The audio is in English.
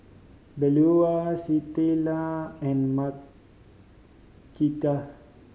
Beaulah Citlali and